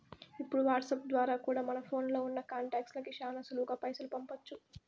ఇప్పుడు వాట్సాప్ ద్వారా కూడా మన ఫోన్లో ఉన్నా కాంటాక్ట్స్ లకి శానా సులువుగా పైసలు పంపించొచ్చు